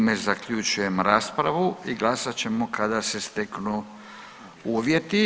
Time zaključujem raspravu i glasat ćemo kada se steknu uvjeti.